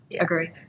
agree